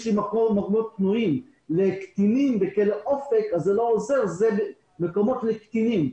מקומות פנויים לקטינים בכלא "אופק" זה לא עוזר כי אלה מקומות לקטינים.